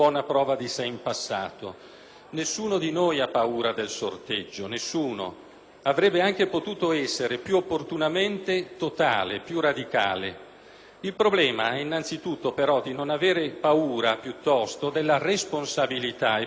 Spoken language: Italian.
Nessuno di noi ha paura del sorteggio, nessuno; avrebbe anche potuto essere più opportunamente totale, più radicale. Il problema è innanzi tutto, però, di non avere paura, piuttosto, della responsabilità, e per questo neanche dell'autonomia,